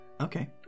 Okay